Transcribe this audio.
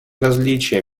различие